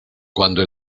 cuando